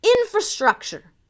infrastructure